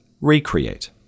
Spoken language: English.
recreate